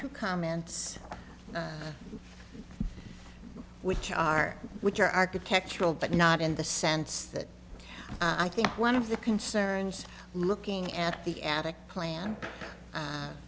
two comments which are which are architectural but not in the sense that i think one of the concerns looking at the attic plan